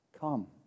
come